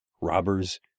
robbers